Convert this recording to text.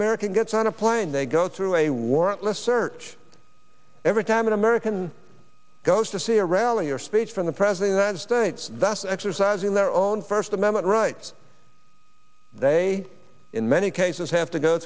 american gets on a plane they go through a warrantless search every time an american goes to see a rally or speech from the president of states that's exercising their own first amendment rights they in many cases have to go